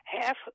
Half